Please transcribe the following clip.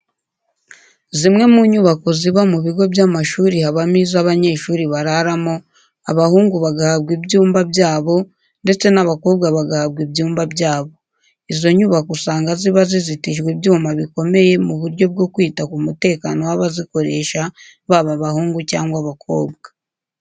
Zimwe mu nyubako ziba mu bigo by'amashuri habamo izo abanyeshuri bararamo, abahungu bagahabwa ibyumba byabo ndetse n'abakobwa bagahabwa ibyumba byabo. Izo nyubako usanga ziba zizitijwe ibyuma bikomeye mu buryo bwo kwita ku mutekano w'abazikoresha baba abahungu cyangwa abakobwa.